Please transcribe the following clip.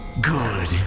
Good